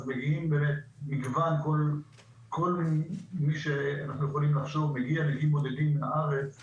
אז מגיע מגוון של כל מי שאנחנו יכולים לחשוב מגיעים מהארץ ומחו"ל.